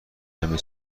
همه